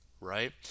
right